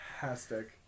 fantastic